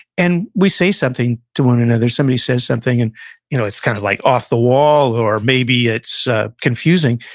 and we say something to one another, somebody says something, and you know it's kind of like off the wall, or maybe it's ah confusing,